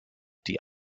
die